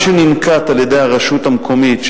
מה שננקט על-ידי הרשות המקומית,